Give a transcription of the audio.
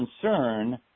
concern